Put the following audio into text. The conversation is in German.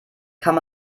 kann